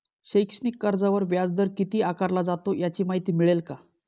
शैक्षणिक कर्जावर व्याजदर किती आकारला जातो? याची माहिती मिळेल का?